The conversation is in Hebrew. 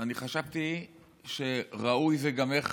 אני חשבתי ש"ראוי" זה גם איך